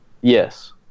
yes